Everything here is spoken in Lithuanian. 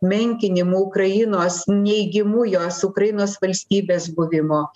menkinimu ukrainos neigimu jos ukrainos valstybės buvimo